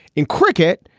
in cricket,